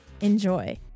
Enjoy